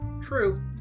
True